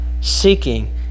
seeking